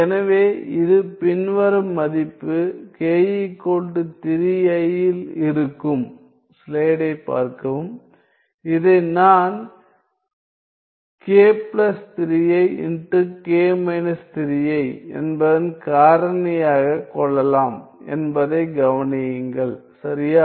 எனவே இது பின்வரும் மதிப்பு k 3i இல் இருக்கும் ஸ்லைடைப் பார்க்கவும் இதை நான் k 3i என்பதன் காரணியாகக் கொள்ளலாம் என்பதைக் கவனியுங்கள் சரியா